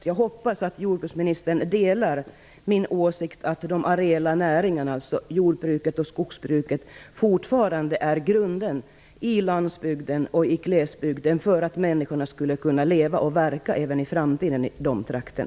Jag hoppas att jordbruksministern delar min mening att de areella näringarna, dvs. jordbruket och skogsbruket, fortfarande är grunden i landsbygden och i glesbygden för att människorna skall kunna leva och verka där i framtiden.